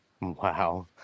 Wow